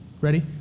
ready